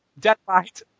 Deadlight